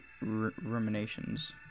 Ruminations